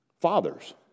fathers